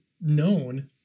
known